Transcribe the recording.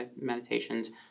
meditations